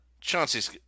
Chauncey's